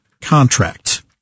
contract